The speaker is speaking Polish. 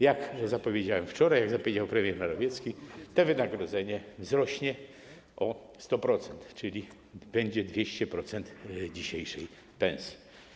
Jak zapowiedziałem wczoraj, jak zapowiedział premier Morawiecki, to wynagrodzenie wzrośnie o 100%, czyli będzie to 200% dzisiejszej pensji.